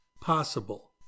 possible